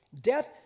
death